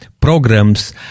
programs